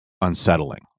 unsettling